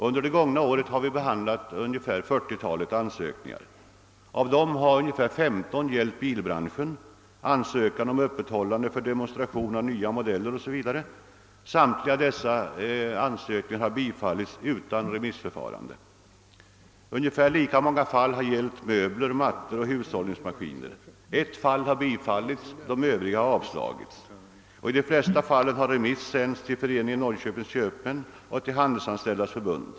Under det gångna året har vi behandlat närmare 40-talet ansökningar. Av dem har ungefär 15 gällt bilbranschen. Dessa har avsett ansökan om öppethållande för demonstration av nya modeller o.s.v. Samtliga dessa ansökningar har bifallits utan remissförfarande. Ungefär lika många fall har gällt möbler, mattor och hushållsmaskiner. Ett fall har bifallits medan övriga avslagits. I de flesta fall har remiss sänts till Föreningen Norrköpings köpmän och till 'Handelsanställdas” förbund.